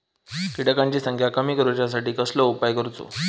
किटकांची संख्या कमी करुच्यासाठी कसलो उपाय करूचो?